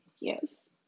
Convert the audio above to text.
Yes